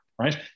right